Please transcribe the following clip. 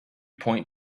point